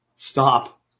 Stop